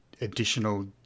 additional